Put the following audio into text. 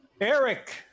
eric